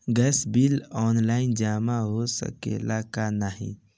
Gas bill online जमा हो सकेला का नाहीं?